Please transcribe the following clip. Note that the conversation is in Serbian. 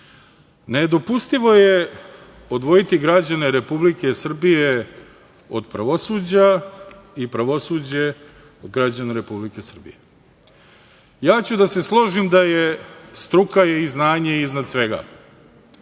Ustava. Nedopustivo je odvojiti građane Republike Srbije od pravosuđa i pravosuđe od građana Republike Srbije. Ja ću da se složim da su struka i znanje iznad svega,